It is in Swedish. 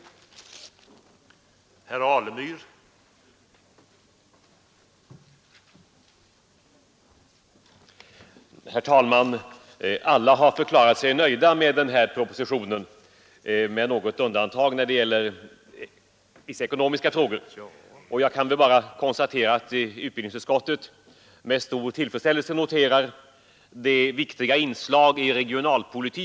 25 maj 1973